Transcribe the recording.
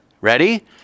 ready